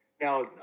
Now